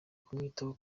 kumwitaho